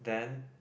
then